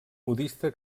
modista